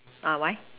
ah why